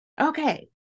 okay